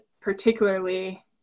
particularly